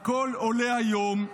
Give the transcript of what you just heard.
הכול עולה היום.